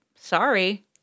sorry